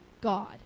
God